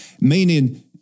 meaning